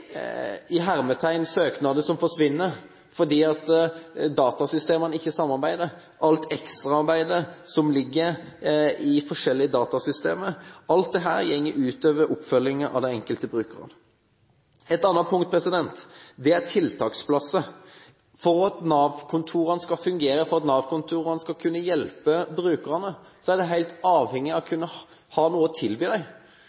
søknader «forsvinner» på grunn av at datasystemene ikke samarbeider – alt ekstraarbeidet som ligger i forskjellige datasystemer – går ut over oppfølgingen av den enkelte brukeren. Et annet punkt er tiltaksplasser. For at Nav-kontorene skal fungere og kunne hjelpe brukerne, er de helt avhengig av